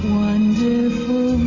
wonderful